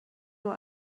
nur